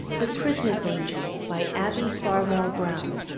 the christmas angel, by abbie farwell brown